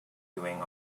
doing